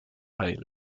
heil